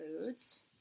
foods